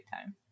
time